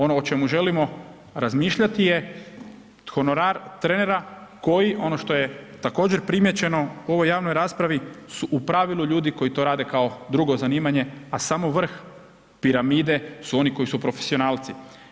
Ono o čemu želimo razmišljati je, honorar trenera koji, ono što je također primijećeno u ovoj javnoj raspravi su u pravilu ljudi koji to rade kao drugo zanimanje, a samo vrh piramide su oni koji su profesionalci.